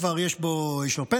כבר יש בו פנסיה,